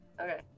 Okay